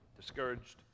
Discouraged